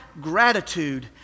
gratitude